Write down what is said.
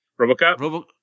Robocop